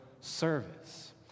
service